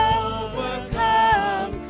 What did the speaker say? overcome